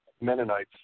Mennonites